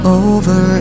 over